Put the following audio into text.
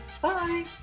Bye